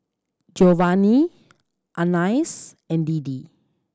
Giovanni Anais and Deedee